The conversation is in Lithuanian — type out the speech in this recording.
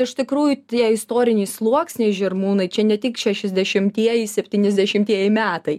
iš tikrųjų tie istoriniai sluoksniai žirmūnai čia ne tik šešiasdešimtieji septyniasdešimtieji metai